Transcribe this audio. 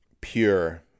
pure